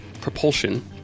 propulsion